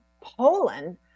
Poland